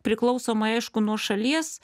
priklausomai aišku nuo šalies